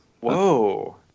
Whoa